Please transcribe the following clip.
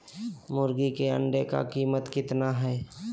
मुर्गी के अंडे का कीमत कितना है?